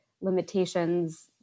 limitations